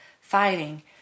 fighting